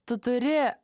tu turi